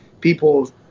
people